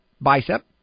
bicep